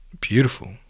Beautiful